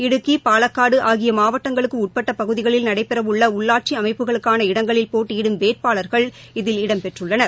இடுக்கி பாலக்காடுஆகியமாவட்டங்களுக்குஉட்பட்ட பகுதிகளில் நடைபெறவுள்ளடள்ளாட்சிஅமைப்புகளுக்கான இடங்களில் போட்டியிடும் வேட்பாளர்கள் இதில் இடம்பெற்றுள்ளனர்